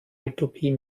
utopie